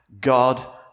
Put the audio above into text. God